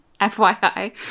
FYI